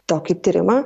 tokį tyrimą